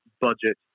budget